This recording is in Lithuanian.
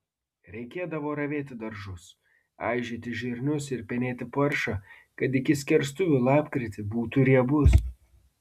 reikėdavo ravėti daržus aižyti žirnius ir penėti paršą kad iki skerstuvių lapkritį būtų riebus